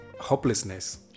hopelessness